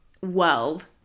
world